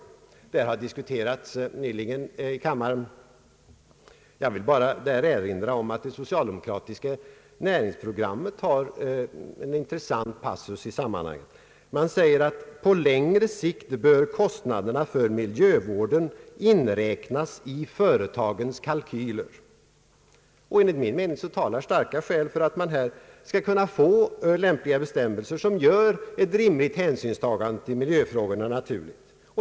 Det har nyligen diskuterats här i kammaren. Jag vill bara erinra om att det socialdemokratiska näringsprogrammet har en intressant passus i detta sammanhang. Man säger att »på längre sikt bör kostnaderna för miljövården inräknas i företagens kalkyler». Enligt min mening talar starka skäl för att man här skall kunna få bestämmelser som gör ett rimligt hänsynstagande till miljöfrågorna naturligt.